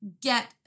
get